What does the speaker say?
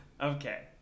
okay